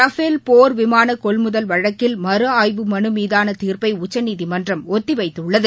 Rafale போர் விமான கொள்முதல் வழக்கில் மறு ஆய்வு மனு மீதான தீர்ப்பை உச்சநீதிமன்றம் ஒத்திவைத்துள்ளது